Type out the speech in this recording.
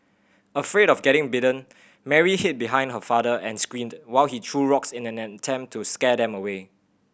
afraid of getting bitten Mary hid behind her father and screamed while he threw rocks in an attempt to scare them away